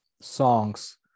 songs